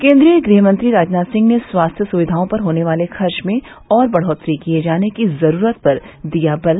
केन्द्रीय गृह मंत्री राजनाथ सिंह ने स्वास्थ्य सुविघाओं पर होने वाले खर्च में और बढ़ोत्तरी किये जाने की जरूरत पर दिया बल